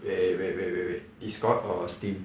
wait wait wait wait wait Discord or Steam